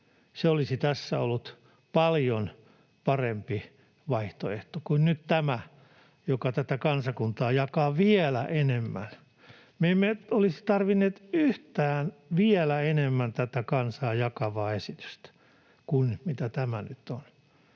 — olisi tässä ollut paljon parempi vaihtoehto kuin nyt tämä, joka tätä kansakuntaa jakaa vielä enemmän. Me emme olisi tarvinneet yhtään vielä enemmän tätä kansaa jakavaa esitystä kuin mikä tämä nyt on.